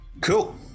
Cool